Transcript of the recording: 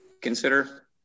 consider